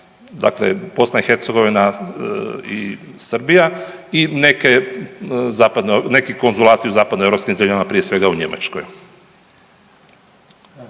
dakle BiH i Srbija i neke konzulati u zapadnoeuropskim zemljama, prije svega u Njemačkoj.